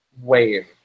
wave